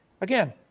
Again